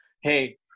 Hey